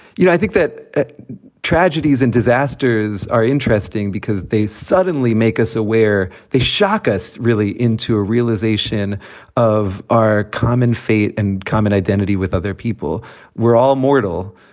you know, i think that tragedies and disasters are interesting because they suddenly make us aware. they shock us really into a realization of our common fate and common identity with other people we're all mortal.